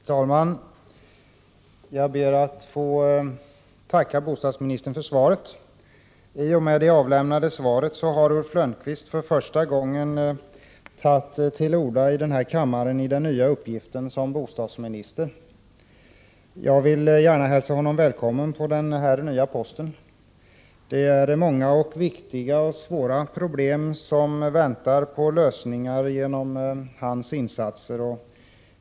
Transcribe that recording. Herr talman! Jag ber att få tacka bostadsministern för svaret. I och med det avlämnade svaret har Ulf Lönnqvist för första gången tagit till orda här i kammaren i den nya uppgiften som bostadsminister. Jag vill gärna hälsa honom välkommen på den nya posten. Det är många, viktiga och svåra problem som väntar på lösningar genom hans insatser.